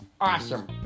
Awesome